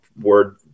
word